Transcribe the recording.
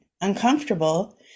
uncomfortable